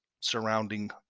surrounding